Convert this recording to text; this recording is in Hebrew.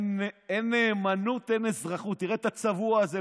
"אין נאמנות אין אזרחות" תראה את הצבוע הזה,